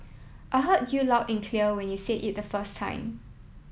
I heard you loud and clear when you said it the first time